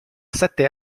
sette